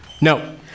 No